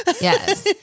Yes